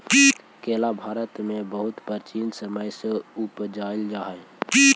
केला भारत में बहुत प्राचीन समय से उपजाईल जा हई